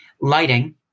Lighting